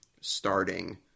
starting